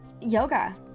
yoga